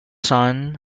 son